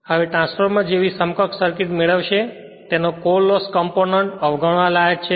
હવે ટ્રાન્સફોર્મર જેવી સમકક્ષ સર્કિટ મેળવશે તેનો કોર લોસ કમ્પોનન્ટ અવગણવા લાયક છે